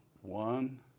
one